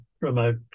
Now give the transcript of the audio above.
remote